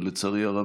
ולצערי הרב,